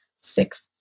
six